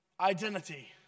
Identity